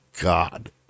God